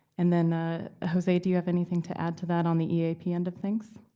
and then ah jose, do you have anything to add to that on the eap end of things?